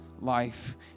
life